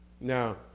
Now